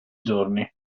giorni